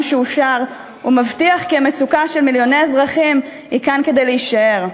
שאושר ומבטיח כי המצוקה של מיליוני האזרחים היא כאן כדי להישאר.